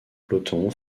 peloton